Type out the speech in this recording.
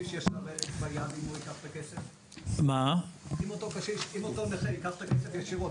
אם אותו נכה ייקח את הכסף ישירות,